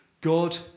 god